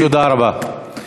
תודה רבה.